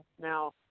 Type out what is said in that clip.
now